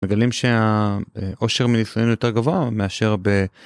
מגלים שהאושר מניסיון יותר גבוה מאשר ב.